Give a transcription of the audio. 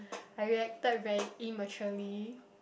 I reacted very immaturely